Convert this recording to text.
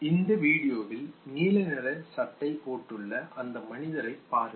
இந்த வீடியோவில் நீல நிற சட்டை போட்டுள்ள அந்த மனிதரை பாருங்கள்